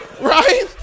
Right